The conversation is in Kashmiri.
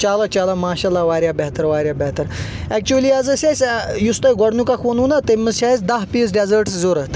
چلو چلو ماشا اللہ واریاہ بہتر واریاہ بہتر ایٚچُؤلی حظ أسۍ اسہِ یُس تۄہہِ گۄڈنیُک اکھ ووٚنوٕ نا تٔمہِ منٛز چھ اَسہِ دہ پیٖس ڈٮ۪زأٹٕس ضرورت